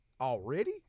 already